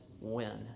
win